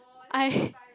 I